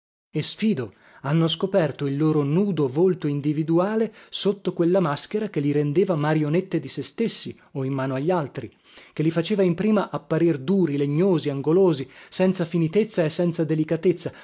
e sfido hanno scoperto il loro nudo volto individuale sotto quella maschera che li rendeva marionette di se stessi o in mano agli altri che li faceva in prima apparir duri legnosi angolosi